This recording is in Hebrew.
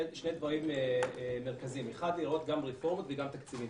דברים מרכזיים: גם רפורמות וגם תקציבים.